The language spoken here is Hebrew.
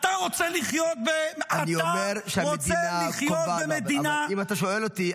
אתה רוצה לחיות במדינה --- אבל אם אתה שואל אותי,